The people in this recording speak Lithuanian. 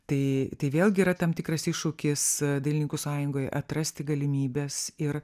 tai tai vėlgi yra tam tikras iššūkis dailininkų sąjungoje atrasti galimybes ir